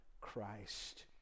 Christ